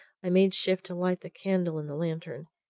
i made shift to light the candle in the lantern,